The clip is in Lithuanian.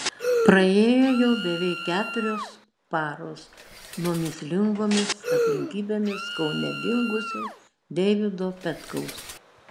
praėjo jau beveik keturios paros nuo mįslingomis aplinkybėmis kaune dingusio deivido petkaus